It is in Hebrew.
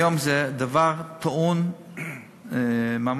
היום זה ממש דבר טעון תיקון.